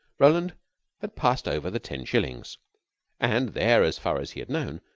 roland had passed over the ten shillings and there, as far as he had known,